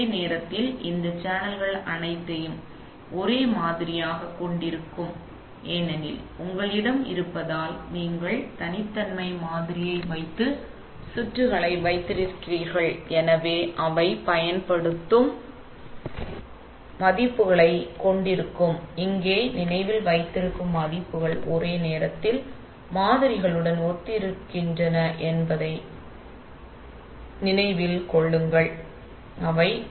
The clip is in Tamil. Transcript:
ஒரே நேரத்தில் இந்த சேனல்கள் அனைத்தையும் ஒரே மாதிரியாகக் கொண்டிருக்கும் ஏனெனில் உங்களிடம் இருப்பதால் நீங்கள் தனித்தன்மை மாதிரியை வைத்து சுற்றுகளை வைத்திருக்கிறீர்கள் எனவே அவை பயன்படுத்தும் எனவே அவை இப்போது அவை மதிப்புகளை வைத்திருக்கும் எனவே இங்கே நினைவில் வைத்திருக்கும் மதிப்புகள் ஒரே நேரத்தில் மாதிரிகளுடன் ஒத்திருக்கின்றன என்பதை நினைவில் கொள்ளுங்கள் அவை AD